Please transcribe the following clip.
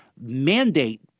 mandate